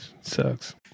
sucks